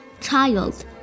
Child